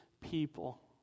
people